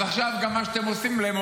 אז עכשיו מה שאתם עושים להם,